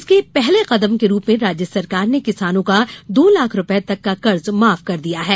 इसके पहले कदम के रूप में राज्य सरकार ने किसानों का दो लाख रूपये तक कर्ज माफ कर दिया है